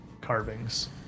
carvings